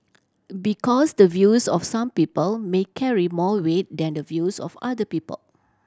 because the views of some people may carry more weight than the views of other people